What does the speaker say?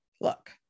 look